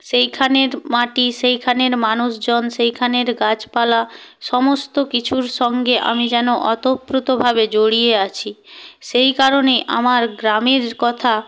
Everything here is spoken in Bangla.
সেইখানের মাটি সেইখানের মানুষজন সেইখানের গাছপালা সমস্ত কিছুর সঙ্গে আমি যেন ওতোপ্রতভাবে জড়িয়ে আছি সেই কারণে আমার গ্রামের কথা